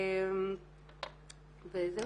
תודה.